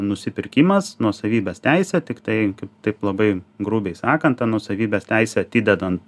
nusipirkimas nuosavybės teise tiktai taip labai grubiai sakant tą nuosavybės teisę atidedant